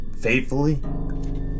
Faithfully